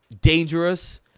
Dangerous